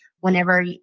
Whenever